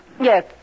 Yes